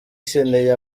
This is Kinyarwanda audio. ikeneye